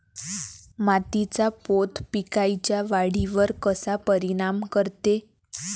मातीचा पोत पिकाईच्या वाढीवर कसा परिनाम करते?